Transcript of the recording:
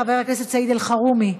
חבר הכנסת סעיד אלחרומי,